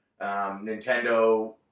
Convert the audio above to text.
Nintendo